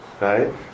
Right